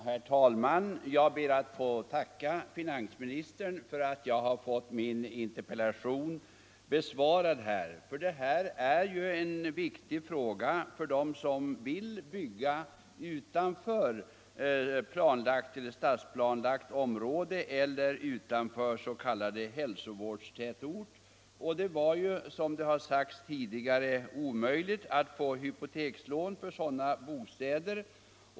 Herr talman! Jag ber att få tacka finansministern för att jag har fått min interpellation besvarad. Detta är en viktig fråga för dem som vill bygga bostad utanför stadsplanerat omrråde eller så kallad hälsovårdstätort. Det har ju som sagts tidigare varit omöjligt att få hypotekslån för sådana bostäder.